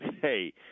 hey